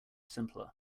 simpler